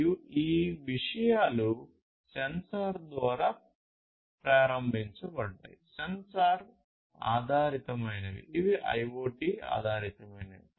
మరియు ఈ విషయాలు సెన్సార్ ద్వారా ప్రారంభించబడ్డాయి సెన్సార్ ఆధారితమైనవి ఇవి IoT ఆధారితమైనవి